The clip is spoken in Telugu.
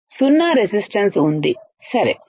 సున్నా రెసిస్టన్స్ ఉంది సరే